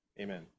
Amen